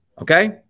Okay